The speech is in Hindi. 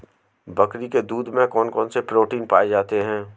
बकरी के दूध में कौन कौनसे प्रोटीन पाए जाते हैं?